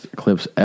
clips